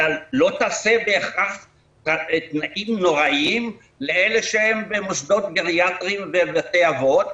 אתה לא תעשה בהכרח תנאים נוראיים לאלה שהם במוסדות גריאטריים ובתי אבות,